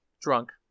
drunk